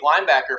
linebacker